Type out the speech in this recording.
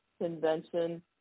convention